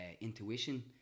intuition